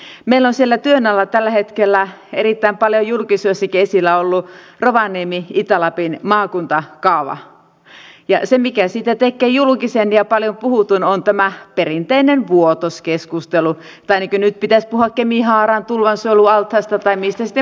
meillä on siellä työn alla tällä hetkellä erittäin paljon julkisuudessakin esillä ollut rovaniemen ja itä lapin maakuntakaava ja se mikä siitä tekee julkisen ja paljon puhutun on tämä perinteinen vuotos keskustelu tai niin kuin nyt pitäisi puhua kemihaaran tulvasuojelualtaasta tai mistä sitten puhutaankin